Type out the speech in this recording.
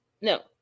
no